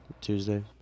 Tuesday